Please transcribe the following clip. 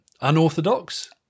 unorthodox